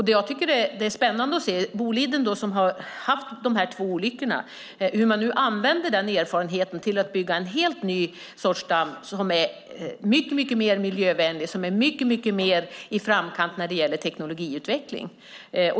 Det är spännande att se hur Boliden, som drabbades av dessa två olyckor, nu använder den erfarenheten till att bygga en helt ny sorts damm som är mycket mer miljövänlig och mycket mer i framkant i fråga om teknikutveckling.